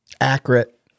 accurate